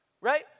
right